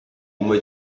uma